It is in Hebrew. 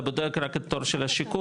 אתה בודק רק את התור של השיכון,